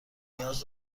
نیاز